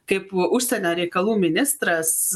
kaip užsienio reikalų ministras